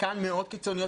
חלקן קיצוניות מאוד,